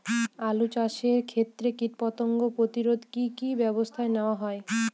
আলু চাষের ক্ষত্রে কীটপতঙ্গ প্রতিরোধে কি কী ব্যবস্থা নেওয়া হয়?